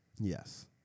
Yes